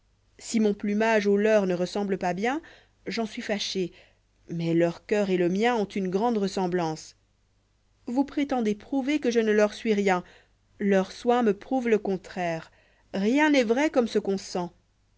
si mon plumage au leur ne ressemble pas bien j'en suis fâché mais leur coeur et le mien ont une grande ressemblance vous prétendez prouver que je ne leur suis rien leurs soins me prouvent le contraire rien n'est vrai comme ce qu'on sent